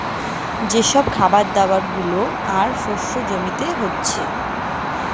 যে সব খাবার দাবার গুলা আর শস্য জমিতে উগতিচে